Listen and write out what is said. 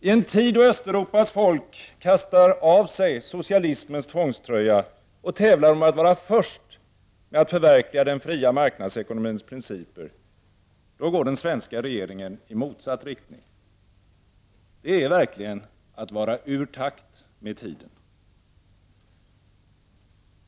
I en tid då Östeuropas folk kastar av sig socialismens tvångströja och tävlar om att vara först med att förverkliga den fria marknadsekonomins principer, då går den svenska regeringen i motsatt riktning. Det är verkligen att vara ur takt med tiden!